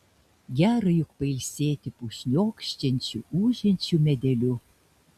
gera juk pailsėti po šniokščiančiu ūžiančiu medeliu